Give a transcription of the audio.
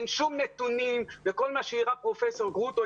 אין שום נתונים וכל מה שהיראה פרופ' גרוטו,